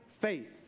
faith